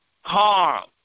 harm